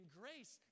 grace